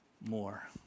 more